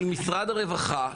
של משרד הרווחה,